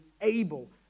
able